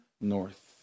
north